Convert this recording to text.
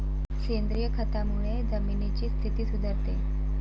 सेंद्रिय खतामुळे जमिनीची स्थिती सुधारते